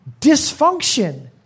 dysfunction